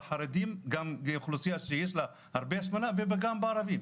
בחרדים שגם זו אוכלוסייה שיש בה הרבה השמנת יתר וגם בערבים.